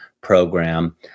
program